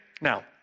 Now